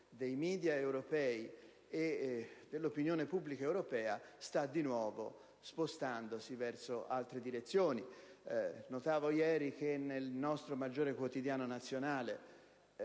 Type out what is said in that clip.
dei *media* e dell'opinione pubblica europea si sta di nuovo spostando verso altre direzioni. Notavo ieri che nel nostro maggiore quotidiano nazionale